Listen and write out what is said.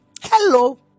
hello